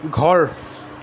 ঘৰ